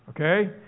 okay